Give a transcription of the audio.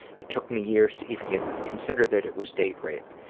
it took me years to even and consider that it was date rape,